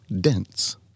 dense